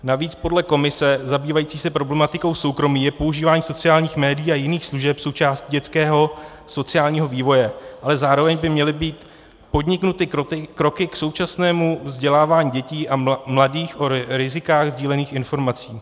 Navíc podle komise zabývající se problematikou soukromí je používání sociálních médií a jiných služeb součástí dětského sociálního vývoje, ale zároveň by měly být podniknuty kroky k současnému vzdělávání dětí a mladých o rizicích sdílených informací.